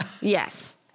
Yes